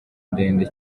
ndende